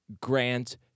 Grant